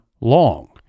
long